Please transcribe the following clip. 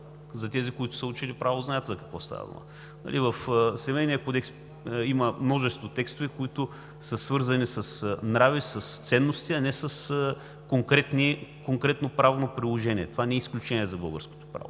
– тези, които са учили право, знаят за какво става дума. В Семейния кодекс има множество текстове, които са свързани с нрави, с ценности, а не с конкретно правно приложение – това не е изключение за българското право.